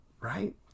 right